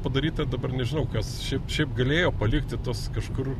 padaryta dabar nežinau kas šiaip galėjo palikti tuos kažkur